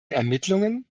ermittlungen